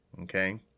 okay